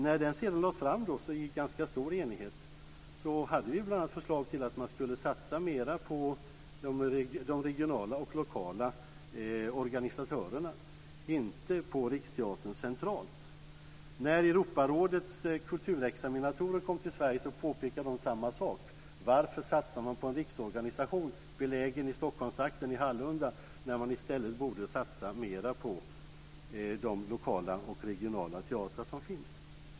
När den sedan lades fram i ganska stor enighet, fanns flera förslag om att satsa mer på de regionala och lokala organisatörerna, inte på Riksteatern centralt. När Europarådets kulturexaminatorer kom till Sverige påpekade de samma sak: Varför satsade man på en riksorganisation benägen i Stockholmstrakten, i Hallunda, när man i stället borde satsa mer på de regionala och lokala teatrar som finns?